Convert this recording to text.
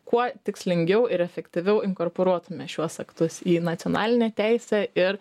kuo tikslingiau ir efektyviau inkorporuotume šiuos aktus į nacionalinę teisę ir